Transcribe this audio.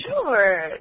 Sure